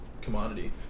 commodity